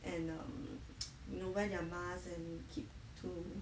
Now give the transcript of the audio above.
and um you know wear their mask and keep to